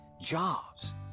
jobs